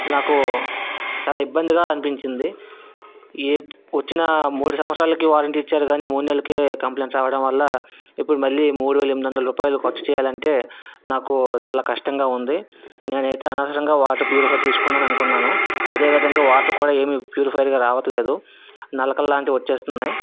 నాకు చాల ఇబ్బందిగా అనిపించింది ఈ వచ్చిన మూడు సంవస్సరాలకి వారంటి ఇచ్చారు కానీ మూడు నెళ్ళకే కంప్లెయింట్స్ రావడం వల్ల ఇప్పుడు మళ్ళీ మూడు వేల ఎనిమిది వందలు రూపాయలు ఖర్చు చేయాలి అంటే నాకు చాలా కష్టంగా ఉంది నేను అయితే అనవసరంగా వాటర్ ప్యూరిఫయర్ తీస్కున్నాను అనుకున్నాను అదే విధంగా వాటర్ కూడా ఏం ప్యూరిఫయర్గా రావట్లేదు నలకలు లాంటివి వచ్చేస్తున్నాయి